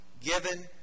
given